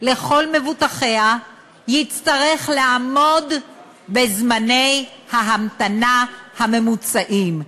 לכל מבוטחיה יצטרך לעמוד בזמני ההמתנה הממוצעים,